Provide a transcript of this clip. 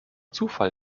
zufall